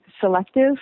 selective